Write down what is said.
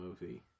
movie